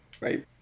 Right